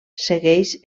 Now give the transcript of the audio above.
segueix